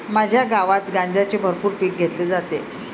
माझ्या गावात गांजाचे भरपूर पीक घेतले जाते